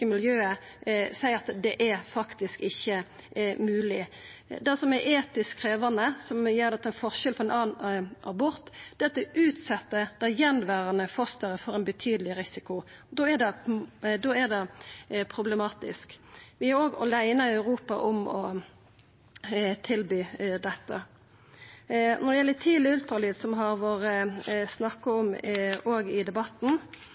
medisinske miljøet seier at det faktisk ikkje er mogleg. Det som er etisk krevjande, og som gjer at det er forskjellig frå ein annan abort, er at det utset det fosteret som er igjen, for ein betydeleg risiko. Da er det problematisk. Vi er òg åleine i Europa om å tilby dette. Når det gjeld tidleg ultralyd, som det òg har vore snakk om i debatten,